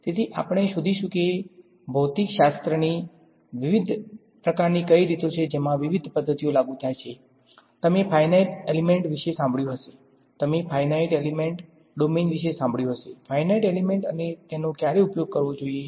તેથી આપણે શોધીશું કે ભૌતિકશાસ્ત્રની વિવિધ પ્રકારની કઈ રીતો છે જેમાં વિવિધ પદ્ધતિઓ લાગુ થાય છે તમે ફાઈનાઈટ એલીમેન્ટ ડોમેઈન વિશે સાંભળ્યું હશે ફાઈનાઈટ એલીમેન્ટ અને તેનો ક્યારે ઉપયોગ કરવો જોઈએ